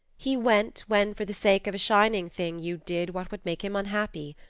he went, when for the sake of a shining thing you did what would make him unhappy.